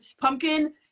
pumpkin